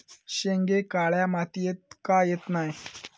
शेंगे काळ्या मातीयेत का येत नाय?